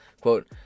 Quote